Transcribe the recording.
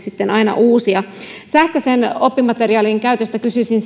sitten aina uusia sähköisten oppimateriaalien käytöstä kysyisin